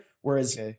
whereas